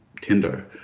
Tinder